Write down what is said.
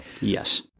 Yes